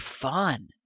fun